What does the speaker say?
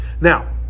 Now